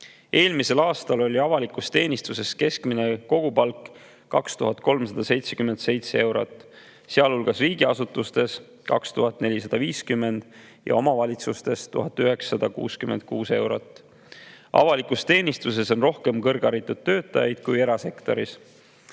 Eelmisel aastal oli avalikus teenistuses keskmine kogupalk 2377 eurot, sealhulgas riigiasutustes 2450 ja omavalitsustes 1966 eurot. Avalikus teenistuses on rohkem kõrgharitud töötajaid kui erasektoris.